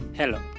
Hello